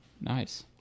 Nice